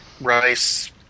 Rice